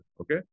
Okay